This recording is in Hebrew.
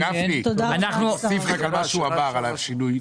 הרב גפני, נוסיף רק על מה שהוא אמר, על השינוי.